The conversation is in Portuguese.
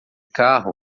carro